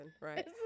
Right